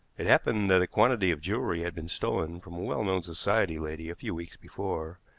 it happened that a quantity of jewelry had been stolen from a well-known society lady a few weeks before,